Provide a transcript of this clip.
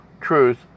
truth